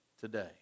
today